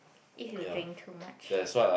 if you drink too much